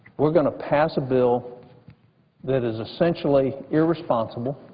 we're going to pass a bill that is essentially irresponsible,